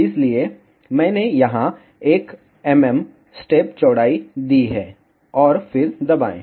इसलिए मैंने यहां 1 mm स्टेप चौड़ाई दी है और फिर दबाएं